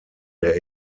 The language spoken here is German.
der